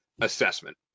assessment